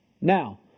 Now